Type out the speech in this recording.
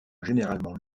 généralement